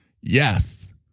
Yes